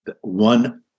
one